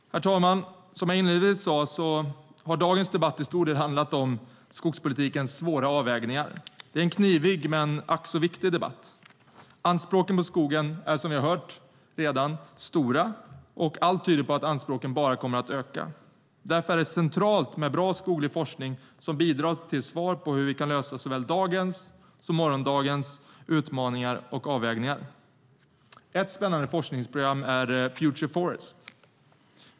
Herr talman! Som jag inledningsvis sade har dagens debatt till stor del handlat om skogspolitikens svåra avvägningar. Det är en knivig men ack så viktig debatt. Anspråken på skogen är som vi hört redan stora, och allt tyder på att anspråken bara kommer att öka. Därför är det centralt med bra skoglig forskning som bidrar till att ge svar på hur vi kan lösa såväl dagens som morgondagens utmaningar och avvägningar. Ett spännande forskningsprogram är Future Forests.